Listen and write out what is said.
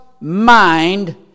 mind